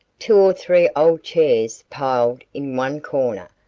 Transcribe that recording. two or three old chairs piled in one corner,